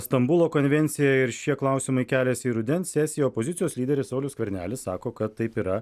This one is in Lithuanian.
stambulo konvencija ir šie klausimai keliasi į rudens sesiją opozicijos lyderis saulius skvernelis sako kad taip yra